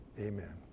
Amen